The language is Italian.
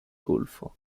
golfo